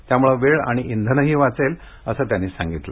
त्यामुळे वेळ आणि इंधनही वाचेल असं त्यांनी सांगितलं